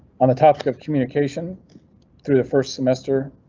on the topic of communication through the first semester.